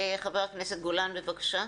חבר הכנסת גולן, בבקשה.